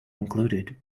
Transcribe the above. included